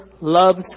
loves